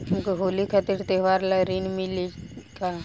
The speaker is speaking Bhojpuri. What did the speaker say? हमके होली खातिर त्योहार ला ऋण मिली का?